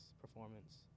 performance